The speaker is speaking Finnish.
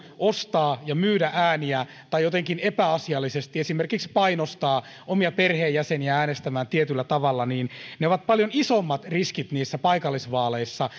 ostaa ja myydä ääniä tai jotenkin epäasiallisesti esimerkiksi painostaa omia perheenjäseniään äänestämään tietyllä tavalla ovat paljon isommat niissä paikallisvaaleissa